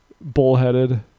bullheaded